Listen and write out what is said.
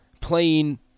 playing